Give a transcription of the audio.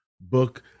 book